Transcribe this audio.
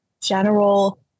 general